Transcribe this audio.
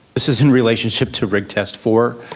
this is in relationship to rig test four.